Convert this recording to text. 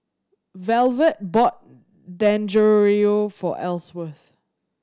Velvet bought Dangojiru for Elsworth